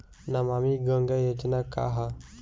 नमामि गंगा योजना का ह?